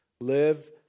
Live